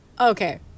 okay